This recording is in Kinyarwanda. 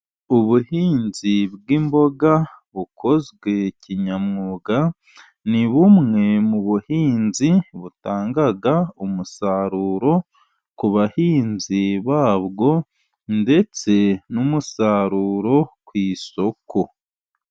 Ubuhinzi bw'imboga bukozwe kinyamwuga ni bumwe mu buhinzi butanga umusaruro ku bahinzi babwo, ndetse n'umusaruro ku isoko.